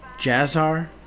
Jazzar